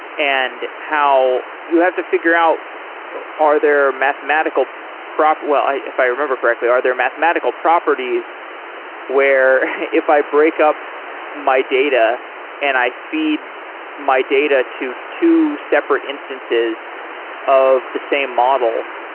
and how you have to figure out ah are there mathematical prop well, if i remember correctly, are there mathematical properties where if i break up my data and i feed my data to two separate instances of the same model,